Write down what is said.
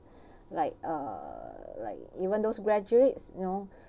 like uh like even those graduates you know